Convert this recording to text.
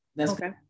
Okay